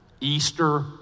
Easter